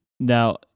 Now